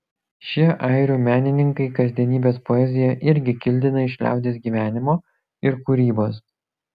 šie airių menininkai kasdienybės poeziją irgi kildina iš liaudies gyvenimo ir kūrybos